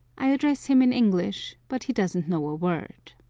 i address him in english, but he doesn't know a word.